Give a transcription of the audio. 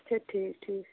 اچھا ٹھیٖک ٹھیٖک